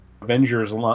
Avengers